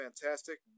fantastic